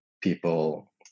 people